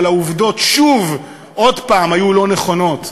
אבל העובדות שוב, עוד הפעם, לא היו נכונות.